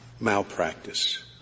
malpractice